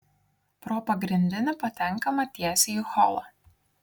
pro pagrindinį patenkama tiesiai į holą